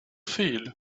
feel